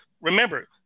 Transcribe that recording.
remember